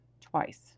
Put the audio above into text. Twice